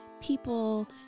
people